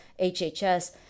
HHS